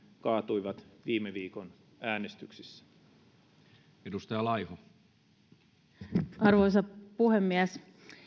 kaatuivat viime viikon äänestyksissä arvoisa puhemies